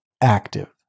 active